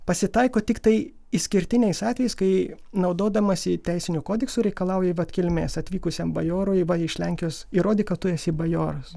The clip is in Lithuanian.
pasitaiko tiktai išskirtiniais atvejais kai naudodamasi teisiniu kodeksu reikalauja vat kilmės atvykusiam bajorui va iš lenkijos įrodyk kad tu esi bajoras